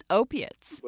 opiates